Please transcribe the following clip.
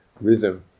rhythm